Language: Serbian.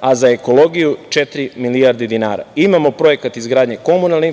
a za ekologiju četiri milijarde dinara. Imamo projekat izgradnje komunalne